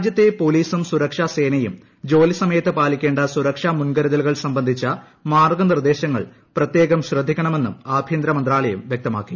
രാജ്യത്തെ പൊലീസും സുരക്ഷാ സേനയും ജോലി സമയത്ത് പാലിക്കേണ്ട സുരക്ഷാ മുൻകരുതലുകൾ സംബന്ധിച്ച മാർഗ്ഗ നിർദ്ദേശങ്ങൾ പ്രത്യേകം ശ്രദ്ധിക്കണമെന്നും ആഭ്യന്തര മന്ത്രാലയം വ്യക്തമാക്കി